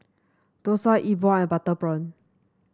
dosa Yi Bua and Butter Prawn